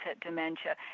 dementia